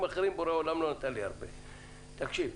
תקשיב,